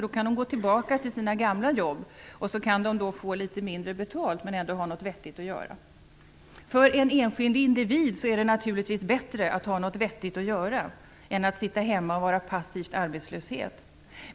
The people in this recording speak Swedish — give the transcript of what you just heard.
De kan gå tillbaka till sina gamla jobb. De får litet mindre betalt, men de har ändå något vettigt att göra. För en enskild individ är det naturligtvis bättre att ha något vettigt att göra än att sitta hemma och vara passivt arbetslös.